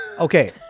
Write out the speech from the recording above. Okay